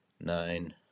nine